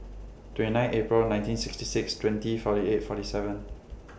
twenty nine April nineteen sixty six twenty forty eight forty seven